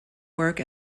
work